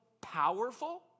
powerful